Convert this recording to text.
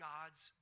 God's